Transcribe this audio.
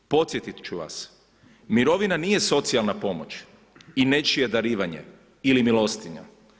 Podsjetit ću vas, mirovina nije socijalna pomoć i nečije darivanje ili milostinja.